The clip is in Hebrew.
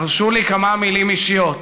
הרשו לי כמה מילים אישיות.